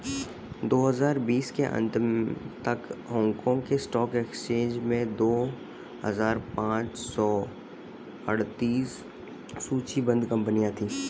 दो हजार बीस के अंत तक हांगकांग के स्टॉक एक्सचेंज में दो हजार पाँच सौ अड़तीस सूचीबद्ध कंपनियां थीं